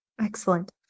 Excellent